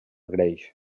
greix